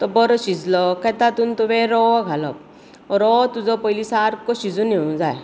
तो बरो शिजलो काय तातूंत तुवें रवो घालप रवो पयली तुजो सारको शिजून येवंक जाय